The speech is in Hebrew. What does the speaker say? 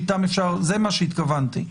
וזה מה שהתכוונתי.